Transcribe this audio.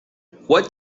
what